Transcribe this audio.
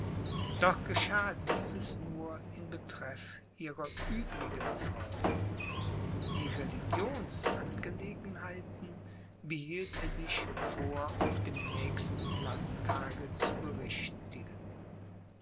doch geschah dieses nur in betreff ihrer übrigen forderungen die religionsangelegenheiten behielt er sich vor auf dem nächsten landtage zu berichtigen